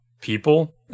people